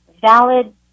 valid